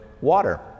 water